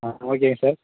ஆ ஓகேங்க சார்